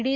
D